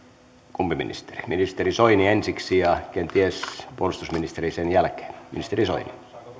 kumpi ministeri ministeri soini ensiksi ja kenties puolustusministeri sen jälkeen